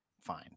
fine